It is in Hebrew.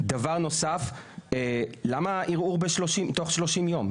דבר נוסף, למה ערעור תוך שלושים יום.